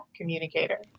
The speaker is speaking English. communicator